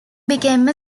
became